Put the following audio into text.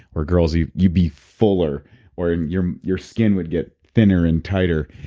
or girls, you'd you'd be fuller or your your skin would get thinner and tighter.